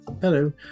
Hello